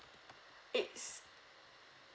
it's